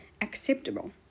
acceptable